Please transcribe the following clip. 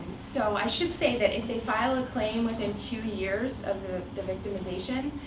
so i should say that if they file a claim within two years of the victimization,